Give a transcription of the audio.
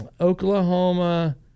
Oklahoma